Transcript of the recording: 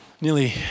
Nearly